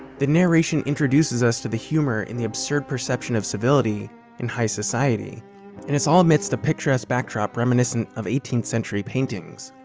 the narration introduces us to the humor in the absurd perception of civility in high society and it is all amidst a picturesque backdrop reminiscent of eighteenth century paintings.